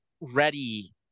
ready